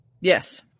Yes